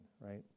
right